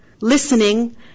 listening